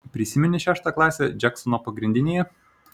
prisimeni šeštą klasę džeksono pagrindinėje